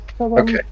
Okay